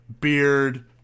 beard